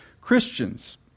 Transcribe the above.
Christians